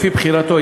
לפי בחירתו,